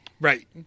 Right